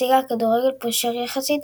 הציגה כדורגל פושר יחסית,